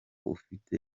ufite